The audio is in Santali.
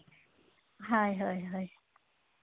ᱦᱳᱭ ᱦᱳᱭ ᱦᱳᱭ